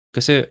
Kasi